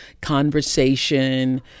conversation